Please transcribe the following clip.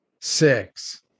Six